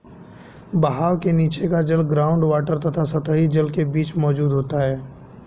बहाव के नीचे का जल ग्राउंड वॉटर तथा सतही जल के बीच मौजूद होता है